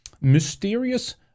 Mysterious